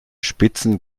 spitzen